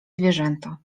zwierzęta